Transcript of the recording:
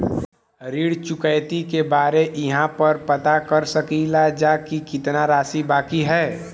ऋण चुकौती के बारे इहाँ पर पता कर सकीला जा कि कितना राशि बाकी हैं?